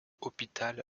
hospital